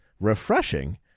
refreshing